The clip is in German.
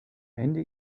ende